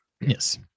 yes